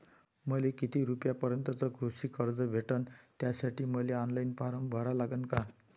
मले किती रूपयापर्यंतचं कृषी कर्ज भेटन, त्यासाठी मले ऑनलाईन फारम भरा लागन का?